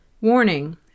Warning